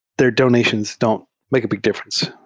their donations don't make a big difference.